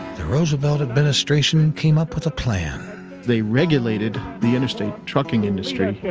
the roosevelt administration came up with a plan they regulated the interstate trucking industry. yeah